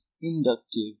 inductive